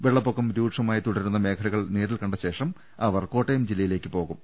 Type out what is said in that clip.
വെള്ള പ്പൊക്കം രൂക്ഷമായി തുടരുന്ന മേഖലകൾ നേരിൽകണ്ട ശേഷം അവർ കോട്ടയം ജില്ലയിലേക്ക് പോകും